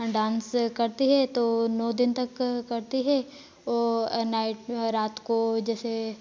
dance करती हैं तो नौ दिन तक करती हैं और नाईट रात को जैसे